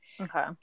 Okay